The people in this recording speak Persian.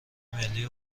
ملی